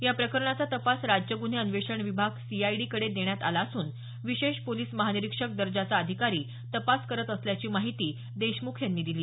या प्रकरणाचा तपास राज्य गुन्हे अन्वेषण विभाग सीआयडीकडे देण्यात आला असून विशेष पोलिस महानिरीक्षक दर्जाचा अधिकारी तपास करत असल्याची माहिती देशमुख यांनी दिली